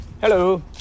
Hello